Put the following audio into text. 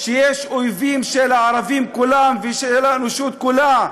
שיש אויבים של הערבים כולם ושל האנושות כולה,